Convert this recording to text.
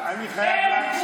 אני חייב להקשיב.